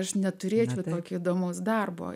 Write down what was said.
aš neturėjau daug įdomaus darbo